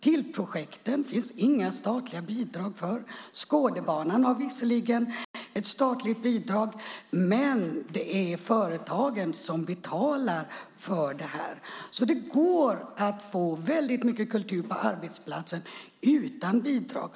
Till projekten finns inga statliga bidrag. Skådebanan har visserligen ett statligt bidrag, men det är företagen som betalar för det. Det går alltså att få mycket kultur på arbetsplatsen utan bidrag.